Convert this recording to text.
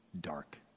dark